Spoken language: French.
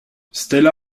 stella